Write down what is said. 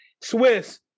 Swiss